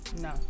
no